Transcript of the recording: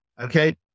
Okay